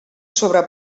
sobre